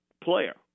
player